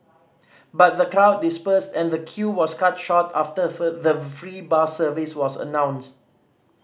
but the crowd dispersed and the queue was cut short after for the free bus service was announced